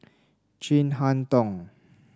Chin Harn Tong